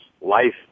life